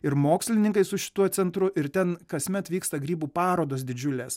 ir mokslininkai su šituo centru ir ten kasmet vyksta grybų parodos didžiulės